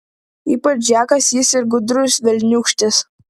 ypač džekas jis ir gudrus velniūkštis